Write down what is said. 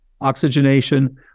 oxygenation